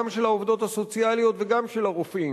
גם של העובדות הסוציאליות וגם של הרופאים,